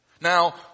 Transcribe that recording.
Now